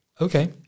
Okay